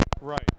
Right